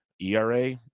ERA